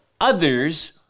others